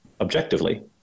objectively